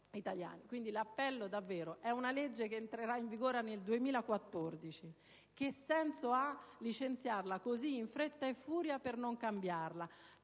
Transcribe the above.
carceri italiane. È una legge che entrerà in vigore nel 2014: che senso ha licenziarla così, in fretta e furia, per non cambiarla?